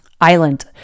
Island